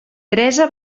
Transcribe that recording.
teresa